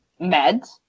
meds